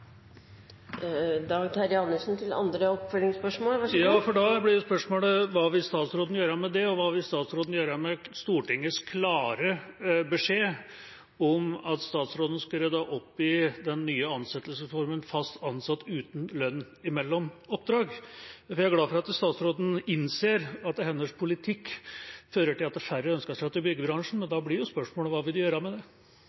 Da blir spørsmålet: Hva vil statsråden gjøre med det, og hva vil statsråden gjøre med Stortingets klare beskjed om at statsråden skal rydde opp i den nye ansettelsesformen «fast ansatt uten lønn mellom oppdrag»? Jeg er glad for at statsråden innser at hennes politikk fører til at færre ønsker seg til byggebransjen, men da